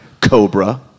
Cobra